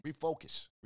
Refocus